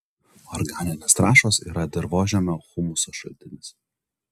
organinės trąšos yra dirvožemio humuso šaltinis